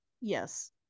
Yes